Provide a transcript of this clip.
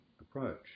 approach